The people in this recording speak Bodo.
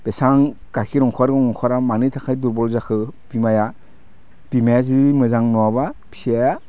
बेसेबां गाइखेर ओंखारो ओंखारा मानि थाखाय दुर्बल जाखो बिमाया बिमाया जुदि मोजां नङाबा फिसाया